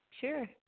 Sure